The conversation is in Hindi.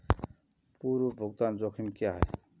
पूर्व भुगतान जोखिम क्या हैं?